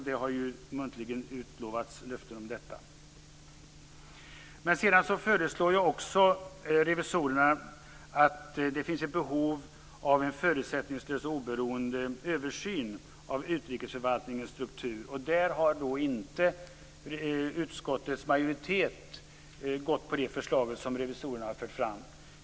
Detta har också muntligen utlovats. Revisorerna anser också att det finns ett behov av en förutsättningslös och oberoende översyn av utrikesförvaltningens struktur. Utskottets majoritet har inte stött revisorernas förslag.